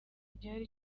gihari